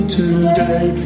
today